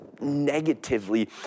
negatively